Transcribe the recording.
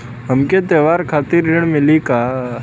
हमके त्योहार खातिर ऋण मिली का?